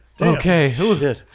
Okay